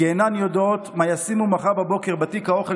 כי אינן יודעות מה ישימו מחר בבוקר בתיק האוכל